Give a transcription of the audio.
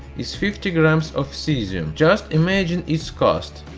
is fifty grams of cesium. just imagine it's cost.